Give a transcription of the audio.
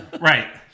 Right